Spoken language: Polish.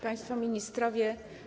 Państwo Ministrowie!